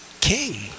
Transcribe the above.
king